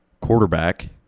quarterback